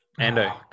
Ando